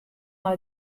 nei